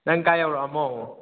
ꯅꯪ ꯀꯥꯏ ꯌꯨꯔꯛꯑꯝꯃꯣ